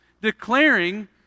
declaring